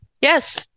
Yes